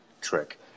Trick